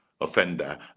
offender